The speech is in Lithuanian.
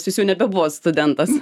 jūs jau nebebuvot studentas